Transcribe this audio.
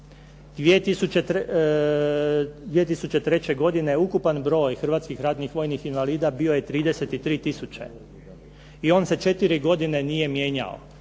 2003. godine ukupan broj hrvatskih ratnih vojnih invalida bio je 33 tisuće i on se četiri godine nije mijenjao,